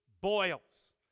boils